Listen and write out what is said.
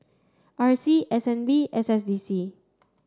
R C S N B S S D C